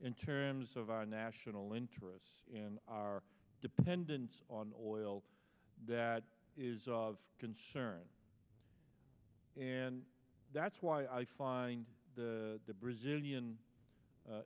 in terms of our national interests and our dependence on oil that is of concern and that's why i find the brazilian